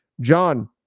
John